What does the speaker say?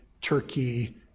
turkey